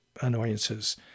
annoyances